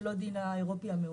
ולא הדין האירופי המאומץ.